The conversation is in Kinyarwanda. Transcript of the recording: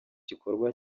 gikorwa